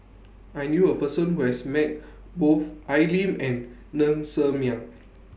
I knew A Person Who has Met Both Al Lim and Ng Ser Miang